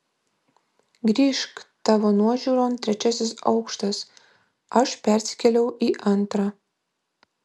grįžk tavo nuožiūron trečiasis aukštas aš persikėliau į antrą